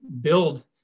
build